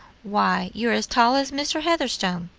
why, you are as tall as mr. heatherstone.